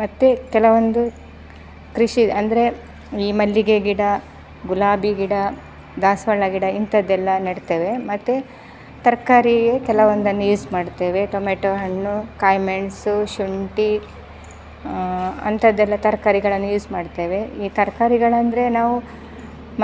ಮತ್ತು ಕೆಲವೊಂದು ಕೃಷಿ ಅಂದರೆ ಈ ಮಲ್ಲಿಗೆ ಗಿಡ ಗುಲಾಬಿ ಗಿಡ ದಾಸವಾಳ ಗಿಡ ಇಂಥದ್ದೆಲ್ಲ ನೆಡ್ತೇವೆ ಮತ್ತು ತರಕಾರಿಯೇ ಕೆಲವೊಂದನ್ನು ಯೂಸ್ ಮಾಡ್ತೇವೆ ಟೊಮೆಟೊ ಹಣ್ಣು ಕಾಯಿಮೆಣ್ಸು ಶುಂಠಿ ಅಂಥದ್ದೆಲ್ಲ ತರಕಾರಿಗಳನ್ನು ಯೂಸ್ ಮಾಡ್ತೇವೆ ಈ ತರಕಾರಿಗಳಂದರೆ ನಾವು